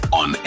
on